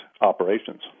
operations